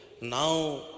now